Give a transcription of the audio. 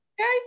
Okay